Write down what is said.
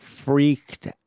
Freaked